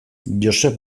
josep